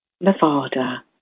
Nevada